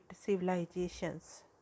civilizations